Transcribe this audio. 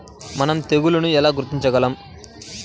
మనం తెగుళ్లను ఎలా గుర్తించగలం?